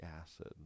acid